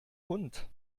hund